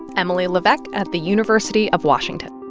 emily levesque at the university of washington.